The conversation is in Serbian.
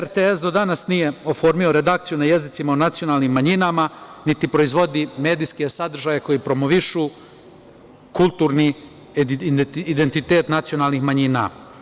RTS do danas nije oformio redakciju na jezicima o nacionalnim manjinama, niti proizvodi medijske sadržaje koji promovišu kulturni identitet nacionalnih manjina.